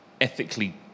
ethically